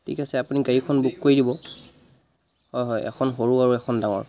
ঠিক আছে আপুনি গাড়ীখন বুক কৰি দিব হয় হয় এখন সৰু আৰু এখন ডাঙৰ